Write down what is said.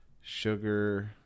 Sugar